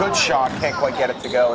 good shot quite get it to go